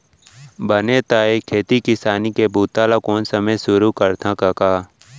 बने त ए खेती किसानी के बूता ल कोन समे सुरू करथा कका?